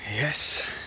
Yes